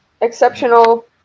exceptional